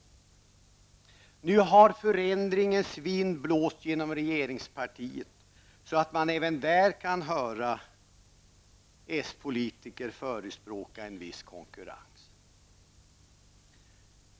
Nu har förändringens vind blåst genom regeringspartiet, så att man även där kan höra politiker förespråka en viss konkurrens.